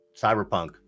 cyberpunk